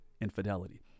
infidelity